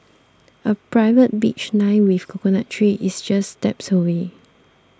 a private beach lined with coconut trees is just steps away